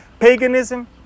paganism